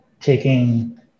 taking